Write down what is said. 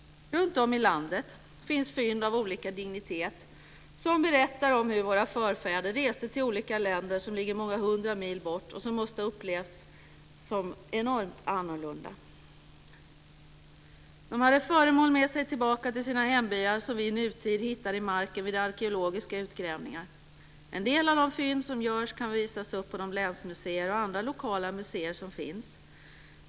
Runtom i landet finns fynd av olika dignitet som berättar om hur våra förfäder reste till olika länder som ligger många hundra mil bort och som måste ha upplevts som enormt annorlunda. De hade föremål med sig tillbaka till sina hembyar som vi i nutid hittar i marken vid arkeologiska utgrävningar. En del av de fynd som görs kan visas upp på de länsmuseer och andra lokala museer som finns.